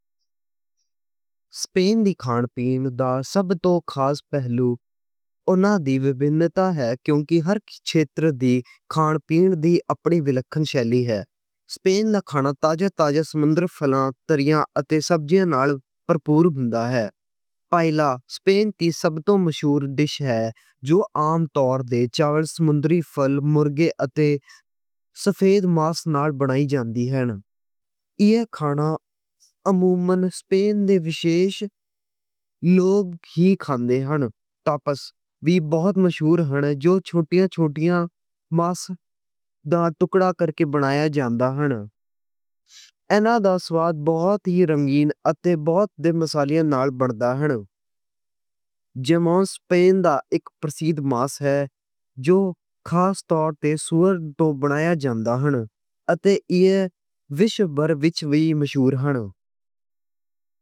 سپین دے کھان-پین دا سب توں خاص پہلو انہاں دی وکھری ورتوں ہے۔ کیونکہ ہر خطے دی کھان-پین دی اپنی وکھری شیلی ہے۔ سپین دا کھانا تازے سمندری فش تے سبزیاں نال پُرپور ہوندا ہے۔ پہلی سپین دی سب توں مشہور ڈِش پائیا ہے۔ جو عام طور تے چاول، فش، چکن تے سفید ماس نال بنائی جاندی ہندی۔ تاپس وی بہت مشہور ہن، جو چھوٹیاں چھوٹیاں ماس دے ٹکڑے کرکے بنایا جاندا ہن۔ ایناں دا سواد بہت ہی مزےدار تے بہت دے مصالحیاں نال بندا ہن۔